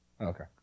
Okay